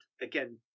again